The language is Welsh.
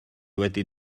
wedi